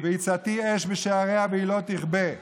והצתי אש בשעריה, ולא תכבה".